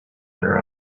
their